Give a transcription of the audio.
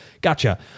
Gotcha